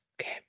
okay